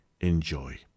enjoy